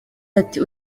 ati